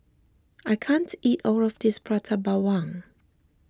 I can't eat all of this Prata Bawang